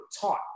taught